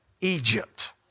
Egypt